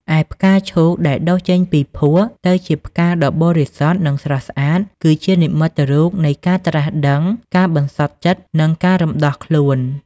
ឯ ផ្កាឈូក ដែលដុះចេញពីភក់ទៅជាផ្កាដ៏បរិសុទ្ធ និងស្រស់ស្អាត គឺជានិមិត្តរូបនៃ ការត្រាស់ដឹង ការបន្សុទ្ធចិត្ត និងការរំដោះខ្លួន។